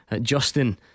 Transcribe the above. Justin